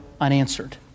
unanswered